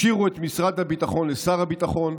השאירו את משרד הביטחון לשר הביטחון,